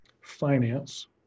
finance